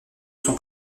son